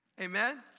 Amen